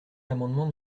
l’amendement